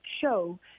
show